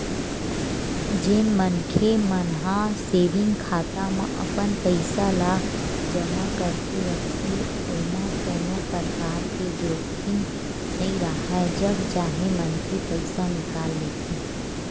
जेन मनखे मन ह सेंविग खाता म अपन पइसा ल जमा करके रखथे ओमा कोनो परकार के जोखिम नइ राहय जब चाहे मनखे पइसा निकाल लेथे